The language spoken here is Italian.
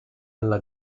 alla